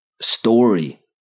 story